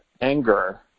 anger